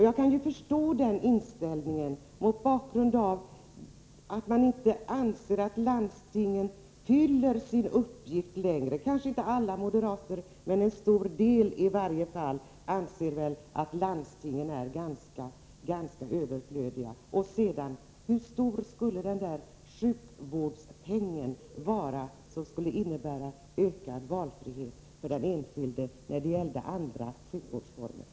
Jag kan förstå den inställningen, mot bakgrund av att moderaterna — kanske inte alla men en stor del av dem i varje fall — anser att landstingen inte fyller sin uppgift längre utan är ganska överflödiga. Slutligen: Hur stor skulle den där sjukvårdspengen vara, som skulle innebära ökad valfrihet för den enskilde när det gäller andra sjukvårdsformer?